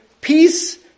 peace